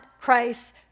Christ